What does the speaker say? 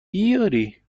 بیاری